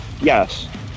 Yes